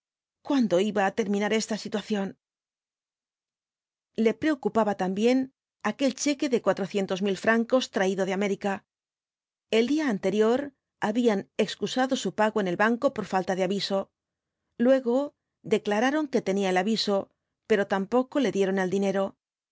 cuándo iba á terminar esta situación le preocupaba también aquel cheque de cuatrocientos mil francos traído de américa el día anterior habían excusado su pago en el banco por falta de aviso luego declararon que tenían el aviso pero tampoco le dieron el dinero